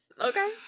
Okay